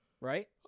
right